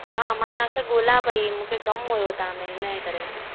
हा मां तव्हांखे ॻोल्हा पेई मूंखे कमु हुओ तव्हां में हिनजे करे